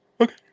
Okay